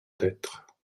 d’être